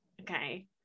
Okay